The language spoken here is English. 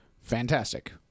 fantastic